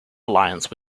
alliance